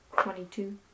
Twenty-two